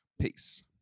Peace